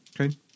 Okay